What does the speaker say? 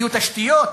יהיו תשתיות?